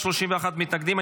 שבעה, 31 מתנגדים.